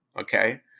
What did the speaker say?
okay